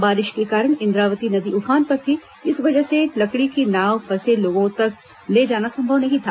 बारिश के कारण इंद्रावती नदी उफान पर थी इस वजह से लकड़ी की नाव फंसे लोगों तक ले जाना संभव नहीं था